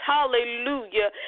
Hallelujah